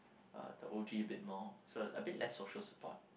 uh the O_G a bit more so a bit less social support